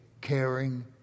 caring